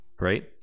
Right